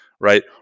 right